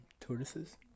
tortoises